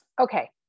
Okay